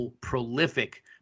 prolific